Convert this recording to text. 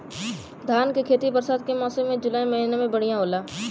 धान के खेती बरसात के मौसम या जुलाई महीना में बढ़ियां होला?